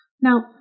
Now